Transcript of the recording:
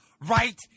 right